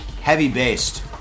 Heavy-based